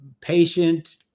patient